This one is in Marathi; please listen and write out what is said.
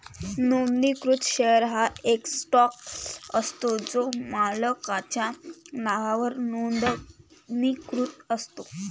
नोंदणीकृत शेअर हा एक स्टॉक असतो जो मालकाच्या नावावर नोंदणीकृत असतो